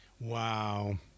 Wow